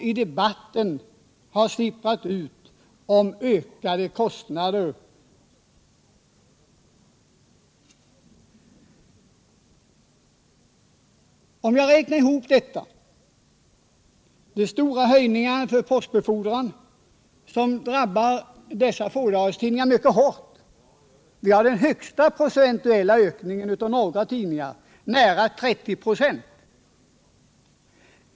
I debatten har också sipprat ut aviserade höjningar av avgifterna för postbefordran, brevporto och telefon. Höjningen av avgifterna för postbefordran drabbar fådagarstidningarna mycket hårt. De har den största procentuella ökningen av alla tidningar — nära 30 26.